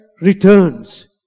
returns